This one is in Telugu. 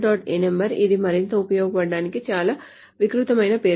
ano ఇది మరింత ఉపయోగించడానికి చాలా వికృతమైన పేరు